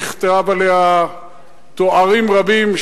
נכתבו עליה תארים רבים,